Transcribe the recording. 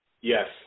Yes